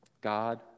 God